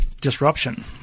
disruption